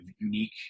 unique